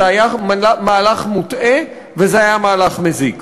זה היה מהלך מוטעה, וזה היה מהלך מזיק.